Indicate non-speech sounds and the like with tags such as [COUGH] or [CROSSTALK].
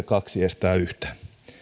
[UNINTELLIGIBLE] kaksi estää yhtä